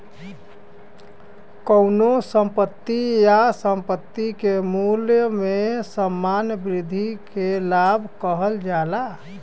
कउनो संपत्ति या संपत्ति के मूल्य में सामान्य वृद्धि के लाभ कहल जाला